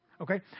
okay